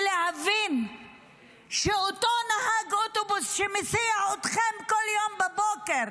ותבינו שאותו נהג אוטובוס שמסיע אתכם כל יום בבוקר,